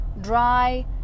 dry